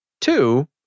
Two